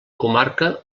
comarca